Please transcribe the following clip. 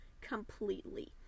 completely